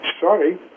sorry